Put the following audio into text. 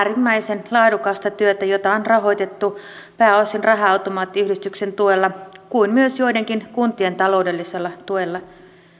paikallisyhdistystä tekevät äärimmäisen laadukasta työtä jota on rahoitettu pääosin raha automaattiyhdistyksen tuella ja myös joidenkin kuntien taloudellisella tuella